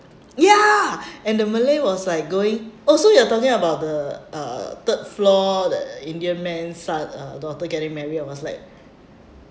ya and the malay was like going oh so you are talking about the uh third floor the indian men's son uh daughter getting married I was like